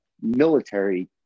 military